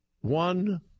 one